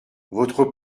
votre